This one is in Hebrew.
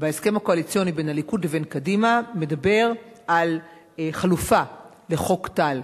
בהסכם הקואליציוני בין הליכוד לקדימה מדבר על חלופה לחוק טל,